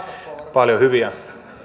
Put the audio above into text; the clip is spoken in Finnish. paljon hyviä